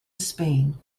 spain